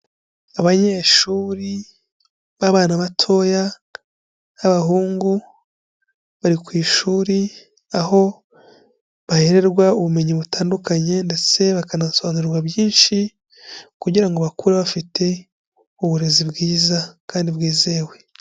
Abanyeshuri b'abana batoya b'abahungu, bari ku ishuri aho bahererwa ubumenyi butandukanye ndetse bakanasobanurirwa byinshi kugira ngo bakure bafite uburezi bwiza kandi bwizewe.